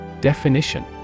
Definition